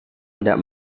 tidak